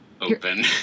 open